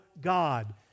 God